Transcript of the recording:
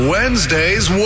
Wednesday's